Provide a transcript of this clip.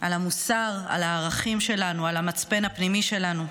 על המוסר, על הערכים שלנו, על המצפן הפנימי שלנו.